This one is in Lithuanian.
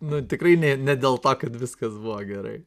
na tikrai ne dėl to kad viskas buvo gerai